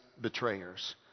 betrayers